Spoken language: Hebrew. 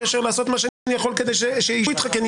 קשר לעשות מה שאני יכול כדי שיישבו איתך כי אני